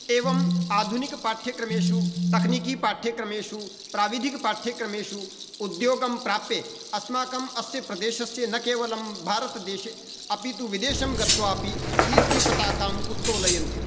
एवम् आधुनिकपाठ्यक्रमेषु तकनिकीपाठ्यक्रमेषु प्राविधिकपाठ्यक्रमेषु उद्योगं प्राप्य अस्माकम् अस्य प्रदेशस्य न केवलं भारतदेशे अपि तु विदेशं गत्वा अपि कीर्तिपताकाम् उत्तोलयन्ति